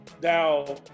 Now